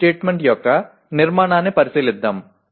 CO statement యొక్క నిర్మాణాన్ని పరిశీలిద్దాం